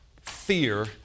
fear